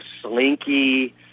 slinky